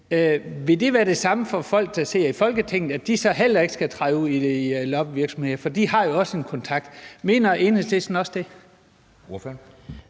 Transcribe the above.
Vil det være det samme for folk, der sidder i Folketinget, altså at de så heller ikke skal træde ud i lobbyvirksomheder, for de har jo også en kontakt? Mener Enhedslisten også det?